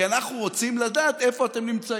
כי אנחנו רוצים לדעת איפה אתם נמצאים,